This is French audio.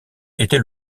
était